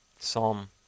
Psalm